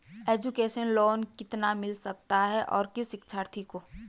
Education loan कितना मिल सकता है और किस शिक्षार्थी को?